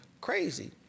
crazy